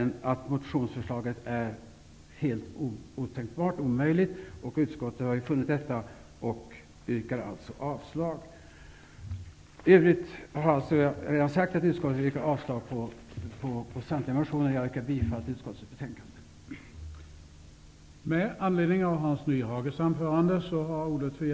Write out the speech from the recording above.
Därför är motionsförslaget helt otänkbart och omöjligt, vilket utskottet har funnit och avstyrker det. Jag yrkar alltså avslag på samtliga reservationer och bifall till utskottets hemställan.